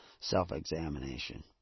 self-examination